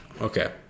Okay